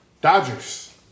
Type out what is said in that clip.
Dodgers